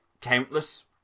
countless